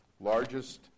largest